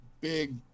big